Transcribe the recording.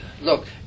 Look